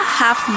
half